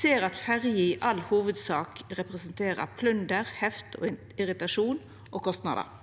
ser at ferjer i all hovudsak representerer plunder, heft, irritasjon og kostnader.